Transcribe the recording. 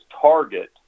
target